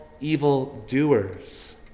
evildoers